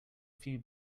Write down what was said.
few